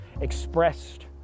expressed